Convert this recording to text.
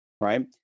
right